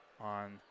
on